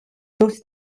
dos